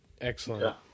Excellent